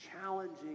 challenging